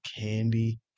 candy